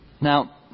Now